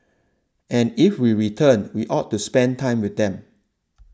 and if we return we ought to spend time with them